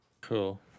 Cool